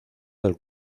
del